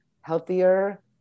healthier